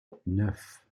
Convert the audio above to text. neuf